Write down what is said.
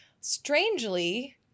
strangely